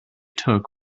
took